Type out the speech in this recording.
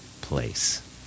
place